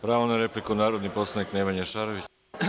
Pravo na repliku, narodni poslanik Nemanja Šarović.